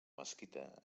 mesquita